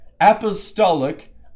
apostolic